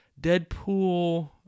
Deadpool